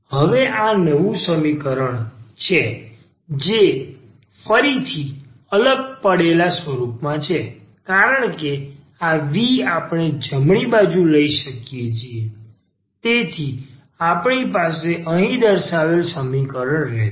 હવે આ નવું સમીકરણ છે જે ફરીથી અલગ પડેલા સ્વરૂપમાં છે કારણ કે આ v આપણે જમણી બાજુ લઈ શકીએ છીએ તેથી આપણી પાસે અહીં દર્શાવેલ સમીકરણ રહેશે